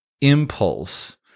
impulse